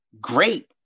great